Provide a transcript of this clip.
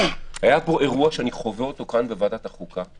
היה פה אירוע שאני חווה אותו כאן, בוועדת החוקה,